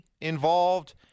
involved